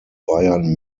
bayern